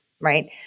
right